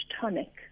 tonic